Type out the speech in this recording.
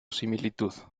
similitud